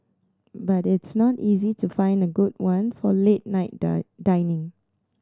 but it's not easy to find a good one for late night done dining